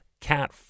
Cat